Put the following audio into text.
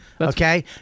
Okay